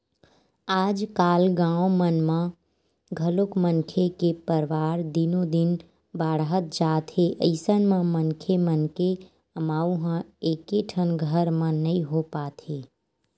आजकाल गाँव मन म घलोक मनखे के परवार दिनो दिन बाड़हत जात हे अइसन म मनखे मन के अमाउ ह एकेठन घर म नइ हो पात हे